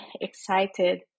excited